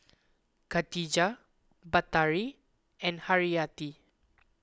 Katijah Batari and Haryati